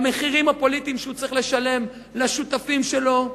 במחירים הפוליטיים שהוא צריך לשלם לשותפים שלו,